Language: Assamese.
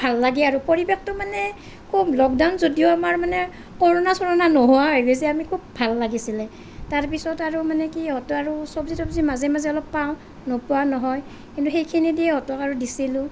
খুব ভাল লাগে আৰু পৰিবেশটো মানে খুউব লকডাউন যদিও আমাৰ মানে কৰ'ণা চৰ'ণা নোহোৱা হৈ গৈছে আমি খুব ভাল লাগিছিলে তাৰ পিছত আৰু মানে কি সিহঁতে আৰু চবজি তবজি মাজে মাজে অলপ পাওঁ নোপোৱা নহয় কিন্তু সেইখিনিয়েদি সিহঁতক আৰু দিছিলোঁ